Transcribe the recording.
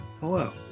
Hello